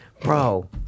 bro